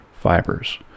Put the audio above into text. fibers